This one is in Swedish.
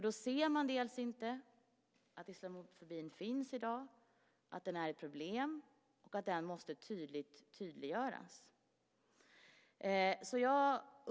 Då ser man inte att islamofobin finns, att den är ett problem och att den måste tydliggöras.